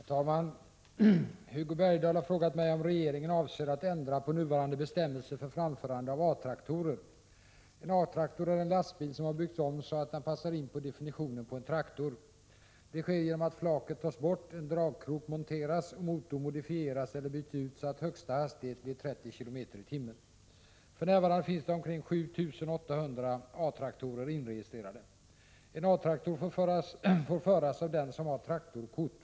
Herr talman! Hugo Bergdahl har frågat mig om regeringen avser att ändra på nuvarande bestämmelser för framförande av A-traktorer. En A-traktor är en lastbil som har byggts om så att den passar in på definitionen på en traktor. Det sker genom att flaket tas bort, en dragkrok monteras och motorn modifieras eller byts ut så att högsta hastighet blir 30 km/tim. För närvarande finns det omkring 7 800 A-traktorer inregistrerade. En A-traktor får föras av den som har traktorkort.